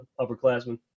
upperclassmen